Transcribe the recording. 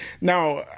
Now